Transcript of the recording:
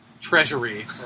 treasury